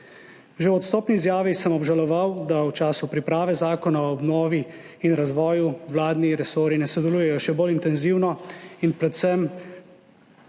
Že v odstopni izjavi sem obžaloval, da v času priprave zakona o obnovi in razvoju vladni resorji ne sodelujejo še bolj intenzivno in predvsem